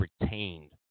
retained